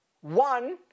one